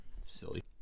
Silly